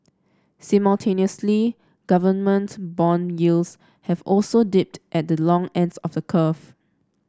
simultaneously government bond yields have also dipped at the long ends of the curve